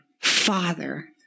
Father